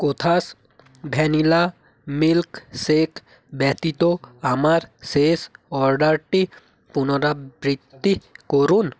কোথাস vanilla milkshake ব্যতীত আমার শেষ অর্ডারটির পুনরাবৃত্তি করুন